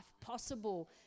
possible